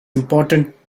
important